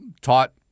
taught